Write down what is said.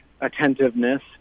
attentiveness